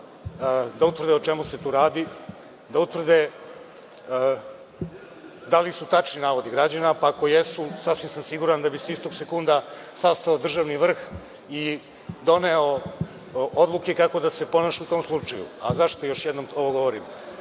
da utvrde o čemu se tu radi, da utvrde da li su tačni navodi građana, pa ako jesu sasvim sam siguran da bi se istog sekunda sastao državni vrh i doneo odluke kako da se ponaša u tom slučaju. Zašto još jednom ovo govorim?